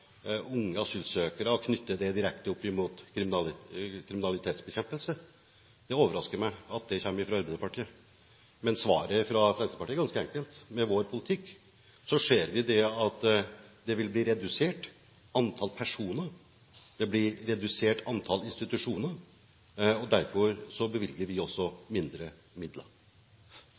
knytter det direkte opp mot kriminalitetsbekjempelse. Det overrasker meg at det kommer fra Arbeiderpartiet. Men svaret fra Fremskrittspartiet er ganske enkelt. Med vår politikk ser vi at antall personer vil bli redusert, og at antall institusjoner blir redusert. Derfor bevilger vi også mindre midler.